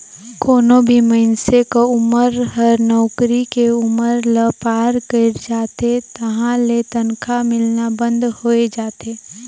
कोनो भी मइनसे क उमर हर नउकरी के उमर ल पार कइर जाथे तहां ले तनखा मिलना बंद होय जाथे